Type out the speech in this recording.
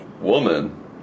Woman